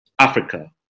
Africa